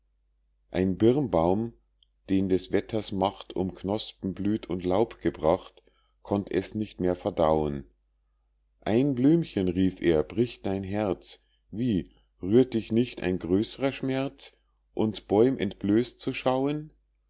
ein birnbaum den des wetters macht um knospen blüth und laub gebracht konnt es nicht mehr verdauen ein blümchen rief er bricht dein herz wie rührt dich nicht ein größ'rer schmerz uns bäum entblößt zu schauen